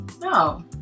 No